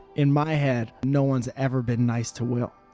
in my head, no one's ever been nice to will.